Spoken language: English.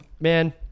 man